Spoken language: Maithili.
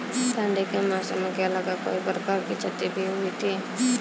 ठंडी के मौसम मे केला का कोई प्रकार के क्षति भी हुई थी?